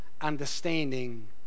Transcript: understanding